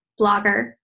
Blogger